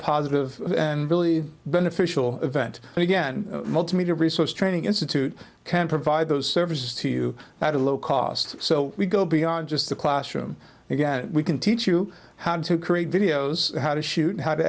positive and really beneficial event and again multimedia resource training institute can provide those services to you at a low cost so we go beyond just the classroom again we can teach you how to create videos how to shoot how to